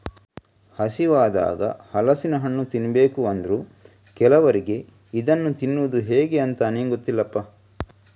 ಹಸಿವಾದಾಗ ಹಲಸಿನ ಹಣ್ಣು ತಿನ್ಬೇಕು ಅಂದ್ರೂ ಕೆಲವರಿಗೆ ಇದನ್ನ ತಿನ್ನುದು ಹೇಗೆ ಅಂತಾನೇ ಗೊತ್ತಿಲ್ಲಪ್ಪ